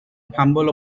humble